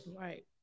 right